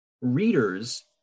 readers